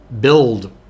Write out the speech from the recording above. build